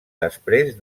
després